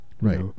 Right